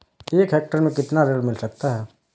एक हेक्टेयर में कितना ऋण मिल सकता है?